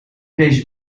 deze